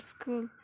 school